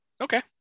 Okay